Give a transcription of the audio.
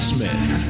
Smith